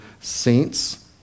saints